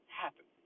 happen